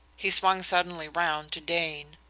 he swung suddenly round to dane.